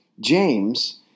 James